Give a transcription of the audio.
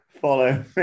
Follow